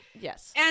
Yes